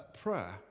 prayer